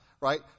right